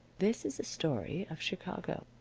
this is a story of chicago,